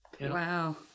Wow